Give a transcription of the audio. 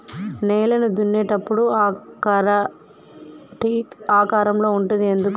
నేలను దున్నేటప్పుడు ఆ కర్ర టీ ఆకారం లో ఉంటది ఎందుకు?